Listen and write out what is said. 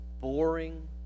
boring